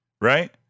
right